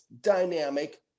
dynamic